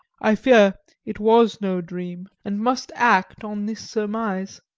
i fear it was no dream, and must act on this surmise.